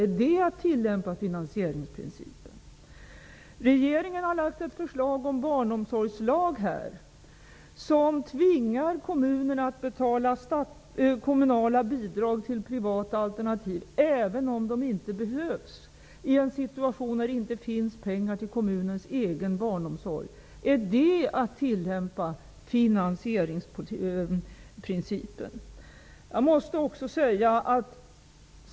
Är det att tillämpa finansieringsprincipen? Regeringen har lagt fram ett förslag om barnomsorgslag som tvingar kommunerna att betala kommunala bidrag till privata alternativ, även om de inte behövs, i en situation där det inte finns pengar till kommunens egen barnomsorg. Är det att tillämpa finansieringsprincipen.